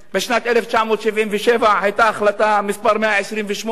בשנת 1977 היתה החלטה מס' 128,